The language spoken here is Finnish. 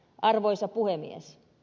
arvoisa puhemies